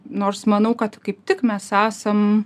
nors manau kad kaip tik mes esam